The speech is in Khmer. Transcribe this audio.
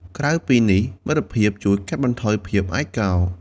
ក្រៅពីនេះ មិត្តភាពជួយកាត់បន្ថយភាពឯកោ។